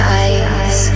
eyes